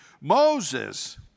Moses